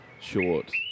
short